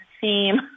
theme